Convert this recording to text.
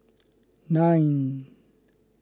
nine